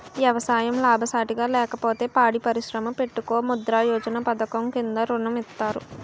ఎవసాయం లాభసాటిగా లేకపోతే పాడి పరిశ్రమ పెట్టుకో ముద్రా యోజన పధకము కింద ఋణం ఇత్తారు